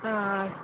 ஆ ஆ